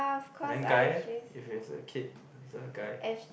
and then guy eh if its a kid is a guy